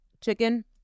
Chicken